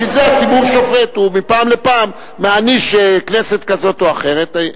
בשביל זה הציבור שופט ומפעם לפעם מעניש כנסת זאת או אחרת.